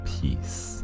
Peace